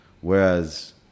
whereas